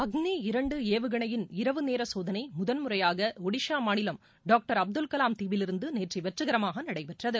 அக்ளி இரண்டு ஏவுகணையின் இரவு நேர சோதனை முதன்முறையாக ஒடிசா மாநிலம் டாக்டர் அப்துல்கலாம் தீவிலிருந்து நேற்று வெற்றிகரமாக நடைபெற்றது